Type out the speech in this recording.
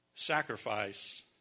Sacrifice